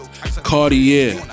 Cartier